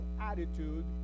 attitude